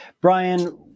Brian